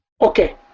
Okay